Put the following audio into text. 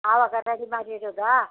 ಆವಾಗ ರಡಿ ಮಾಡಿ ಇಡೋದಾ